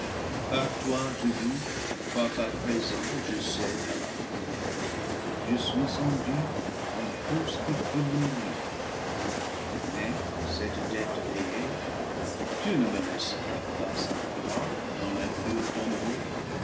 toi je vis quoiqu'à présent je cède à la mort je suis son dû en tout ce qui peut mourir en moi mais cette dette payée tu ne me laisseras pas sa proie dans l'impur tombeau